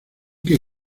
que